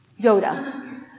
Yoda